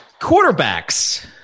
Quarterbacks